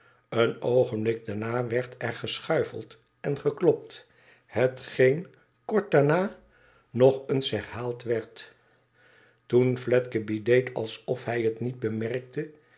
een oogenblik daarna werd er geschuifeld en geklopt hetgeen kort daarna nog eens herhaald werd toen fledgeby deed alsof hij het niet bemerkte